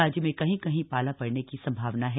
राज्य में कहीं कहीं पाला पड़ने की संभावना है